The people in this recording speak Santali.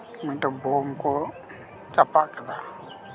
ᱢᱤᱫᱴᱮᱡ ᱵᱳᱢ ᱠᱚ ᱪᱟᱯᱟᱫ ᱠᱮᱫᱟ